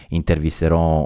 intervisterò